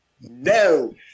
no